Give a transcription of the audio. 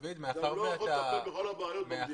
אנחנו לא יכולים לטפל בכל הבעיות במדינה.